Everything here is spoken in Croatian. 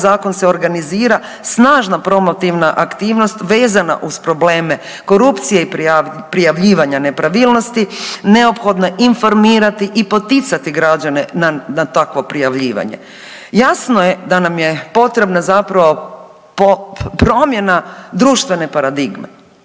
zakon se organizira snažna promotivna aktivnost vezana uz probleme korupcije i prijavljivanja nepravilnosti, neophodno je informirati i poticati građane na takvo prijavljivanje. Jasno je da nam je potrebna zapravo promjena društvene paradigme.